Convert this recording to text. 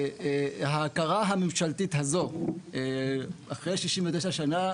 ההכרה הממשלתית הזו אחרי 69 שנה,